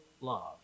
love